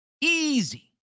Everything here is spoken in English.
easy